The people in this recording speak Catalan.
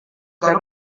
que